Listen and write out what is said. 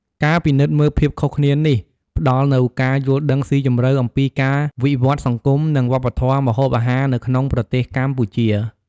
ការពិនិត្យមើលភាពខុសគ្នានេះ ផ្ដល់នូវការយល់ដឹងស៊ីជម្រៅអំពីការវិវត្តន៍សង្គម និងវប្បធម៌ម្ហូបអាហារនៅក្នុងប្រទេសកម្ពុជា។